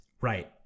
Right